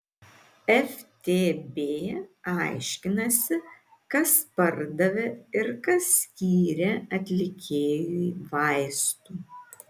ftb aiškinasi kas pardavė ir kas skyrė atlikėjui vaistų